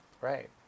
Right